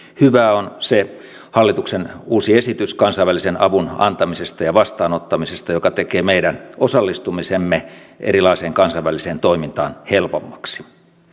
hyvää on hallituksen uusi esitys kansainvälisen avun antamisesta ja vastaanottamisesta joka tekee meidän osallistumisemme erilaiseen kansainväliseen toimintaan helpommaksi